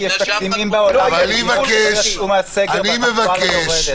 פינדרוס, מה לך ולכדורגל?